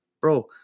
bro